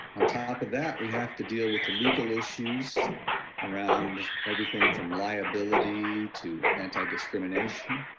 on top of that, we have to deal with the legal issues around everything from liability to antidiscrimination.